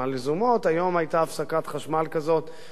היום היתה הפסקת חשמל כזאת בקריית-הממשלה,